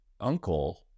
uncle